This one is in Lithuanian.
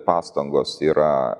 pastangos yra